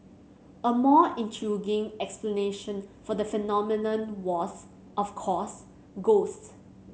a more intriguing explanation for the phenomenon was of course ghosts